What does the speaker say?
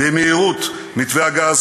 במהירות: מתווה הגז,